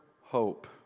hope